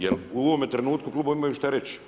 Jer u ovome trenutku klubovi imaju šta reći.